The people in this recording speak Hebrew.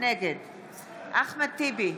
נגד אחמד טיבי,